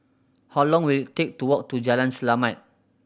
how long will it take to walk to Jalan Selamat